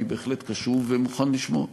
אני בהחלט קשוב ומוכן לשמוע.